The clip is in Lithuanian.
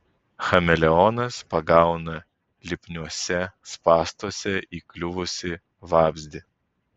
chameleonas pagauna lipniuose spąstuose įkliuvusį vabzdį